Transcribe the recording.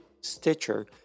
Stitcher